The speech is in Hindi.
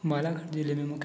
बालाघाट जिले में